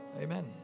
Amen